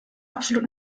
absolut